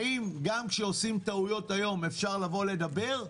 האם גם כשעושים טעויות היום אפשר לבוא לדבר?